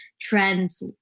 trends